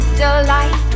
delight